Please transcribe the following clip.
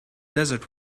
desert